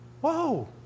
Whoa